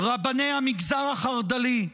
רבני המגזר החרד"לי,